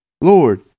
Lord